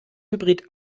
hybrid